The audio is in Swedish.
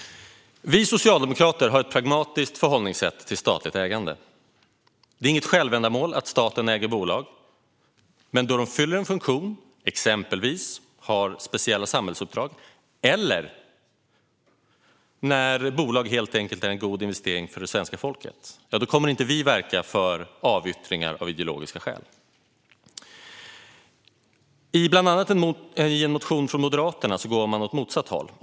Vi socialdemokrater har ett pragmatiskt förhållningssätt till statligt ägande. Det är inget självändamål att staten äger bolag. Men då de fyller en funktion, exempelvis har speciella samhällsuppdrag eller när bolag helt enkelt är en god investering för det svenska folket, kommer vi inte att verka för avyttringar av ideologiska skäl. I en motion från Moderaterna går man åt motsatt håll.